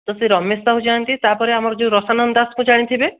ତ ସେହି ରମେଶ ସାହୁ ଯାଆନ୍ତି ତା'ପରେ ଆମର ଯେଉଁ ରସାନନ୍ଦ ଦାସଙ୍କୁ ଜାଣିଥିବେ